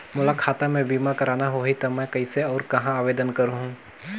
मोला खाता मे बीमा करना होहि ता मैं कइसे और कहां आवेदन करहूं?